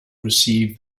receive